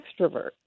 extrovert